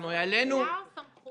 אנחנו העלינו --- עמדה או סמכות?